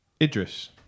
Idris